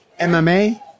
MMA